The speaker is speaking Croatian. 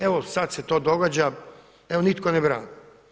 Evo sad se to događa, evo nitko ne brani.